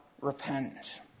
repent